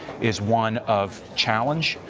is one of challenge.